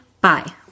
Bye